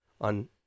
on